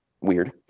weird